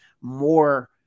more